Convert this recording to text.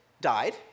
died